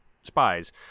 spies